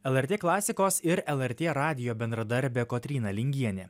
lrt klasikos ir lrt radijo bendradarbė kotryna lingienė